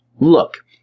Look